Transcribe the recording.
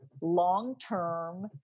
long-term